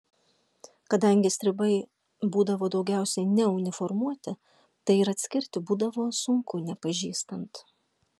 kadangi stribai būdavo daugiausiai neuniformuoti tai ir atskirti būdavo sunku nepažįstant